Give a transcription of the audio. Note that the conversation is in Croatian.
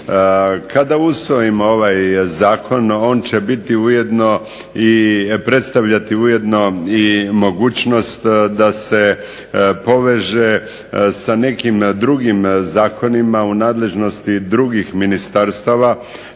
Kada usvojimo ovaj zakon on će biti ujedno, predstavljati ujedno i mogućnost da se poveže sa nekim drugim zakonima u nadležnosti drugih ministarstava,